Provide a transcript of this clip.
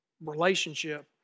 relationship